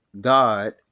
God